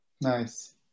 Nice